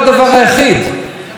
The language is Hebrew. זה לא הדבר היחיד.